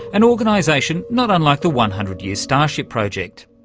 an organisation not unlike the one hundred year starship project.